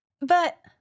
But-